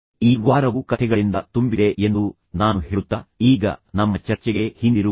ಈ ವಾರವು ಕಥೆಗಳಿಂದ ತುಂಬಿದೆ ಎಂದು ನಾನು ಹೇಳುತ್ತಾ ಈಗ ನಮ್ಮ ಚರ್ಚೆಗೆ ಹಿಂದಿರುಗೋಣ